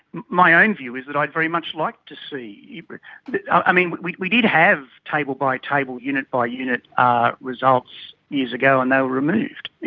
my own view is that i'd very much like to see, i mean, we we did have table by table, unit by unit ah results years ago, and they were removed,